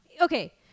Okay